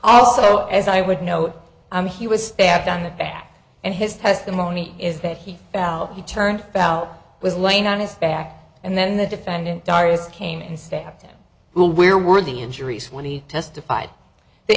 all so as i would note i'm he was stabbed on the back and his testimony is that he fell he turned about was laying on his back and then the defendant doris came in and stabbed him who where were the injuries when he testified the